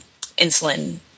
insulin